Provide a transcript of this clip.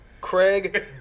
Craig